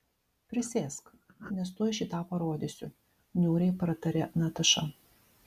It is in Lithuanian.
prisėsk nes tuoj šį tą parodysiu niūriai pratarė nataša